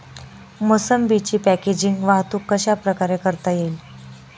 मोसंबीची पॅकेजिंग वाहतूक कशाप्रकारे करता येईल?